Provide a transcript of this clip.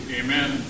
Amen